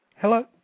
Hello